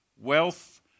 wealth